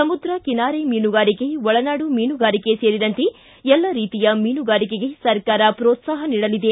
ಸಮುದ್ರ ಕಿನಾರೆ ಮೀನುಗಾರಿಕೆ ಒಳನಾಡು ಮೀನುಗಾರಿಕೆ ಸೇರಿದಂತೆ ಎಲ್ಲ ರೀತಿಯ ಮೀನುಗಾರಿಕೆಗೆ ಸರ್ಕಾರ ಪ್ರೋತ್ವಾಹ ನೀಡಲಿದೆ